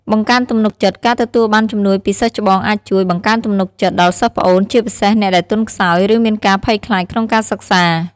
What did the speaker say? បង្កើនទំនុកចិត្ត ការទទួលបានជំនួយពីសិស្សច្បងអាចជួយ បង្កើនទំនុកចិត្ត ដល់សិស្សប្អូន ជាពិសេសអ្នកដែលទន់ខ្សោយ ឬមានការភ័យខ្លាចក្នុងការសិក្សា។